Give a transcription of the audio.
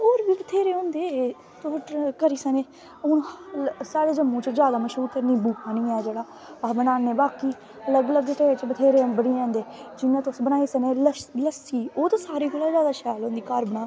होर बी बत्थेरे होंदे तुस करी सकने हून साढ़े जम्मू च जादा मश्हूर निम्बू पानी गै ऐ जेह्ड़ा अस बनाने बाकी लग लग स्टेट च बत्थेरे बनी जंदे जियां तुस बनाई सकने लस्सी ओह् ते ओह् ते सारें कोला दा शैल होंदी घर बनाई दी